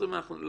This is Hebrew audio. לא